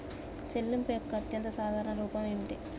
చెల్లింపు యొక్క అత్యంత సాధారణ రూపం ఏమిటి?